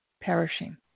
perishing